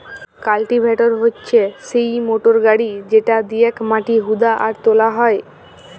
cultivator হচ্যে সিই motor গাড়ি যেটা দিয়েক মাটি হুদা আর তোলা হয়